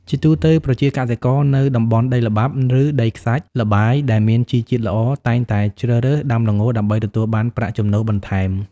ជាទូទៅ ប្រជាកសិករនៅតំបន់ដីល្បាប់ ឬដីខ្សាច់ល្បាយដែលមានជីជាតិល្អ តែងតែជ្រើសរើសដាំល្ងដើម្បីទទួលបានប្រាក់ចំណូលបន្ថែម។